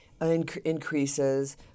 increases